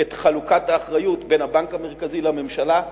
את חלוקת האחריות בין הבנק המרכזי לממשלה,